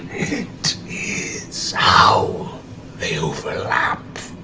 it is how they overlap.